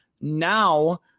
Now